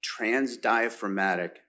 transdiaphragmatic